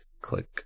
click